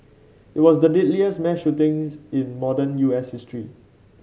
it was the deadliest mass shootings in modern U S history